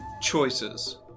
Choices